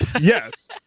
Yes